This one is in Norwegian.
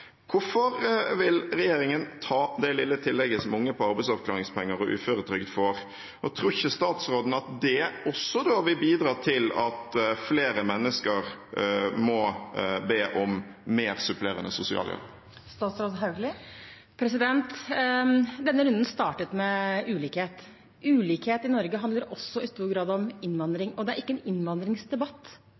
Hvorfor vil regjeringen ta det lille tillegget som unge på arbeidsavklaringspenger og uføretrygd får? Tror ikke statsråden at det også vil bidra til at flere mennesker må be om mer supplerende sosialhjelp? Denne runden startet med ulikhet. Ulikhet i Norge handler også i stor grad om innvandring, og det er ikke en innvandringsdebatt.